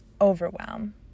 overwhelm